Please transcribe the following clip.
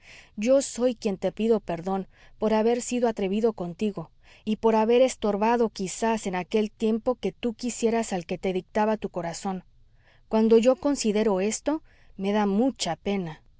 yo soy quien te pido perdón por haber sido atrevido contigo y por haber estorbado quizás en aquel tiempo que tu quisieras al que te dictaba tu corazón cuando yo considero esto me da mucha pena